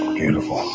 beautiful